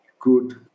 good